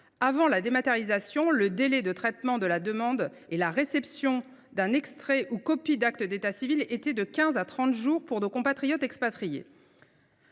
avant la dématérialisation, les délais cumulés de traitement de la demande et de réception d’un extrait ou d’une copie d’acte d’état civil étaient de quinze à trente jours pour nos compatriotes expatriés